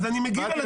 אני מגיב.